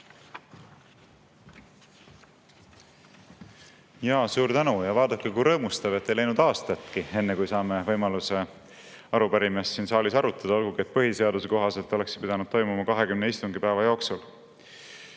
Palun! Suur tänu! Ja vaadake, kui rõõmustav, et ei läinud aastatki, enne kui saame võimaluse arupärimist siin saalis arutada, olgugi et põhiseaduse kohaselt oleks see pidanud toimuma 20 istungipäeva jooksul.